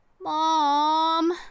Mom